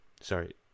sorry